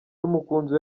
n’umukunzi